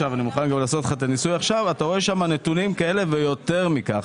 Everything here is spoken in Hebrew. אתה רואה שם נתונים כאלה ויותר מכך.